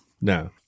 No